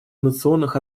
инновационных